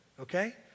Okay